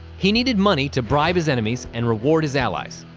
he needed money to bribe his enemies and reward his allies.